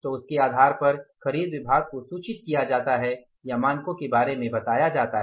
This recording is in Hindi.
तो उसके आधार पर खरीद विभाग को सूचित किया जाता है या मानकों के बारे में बताया जाता है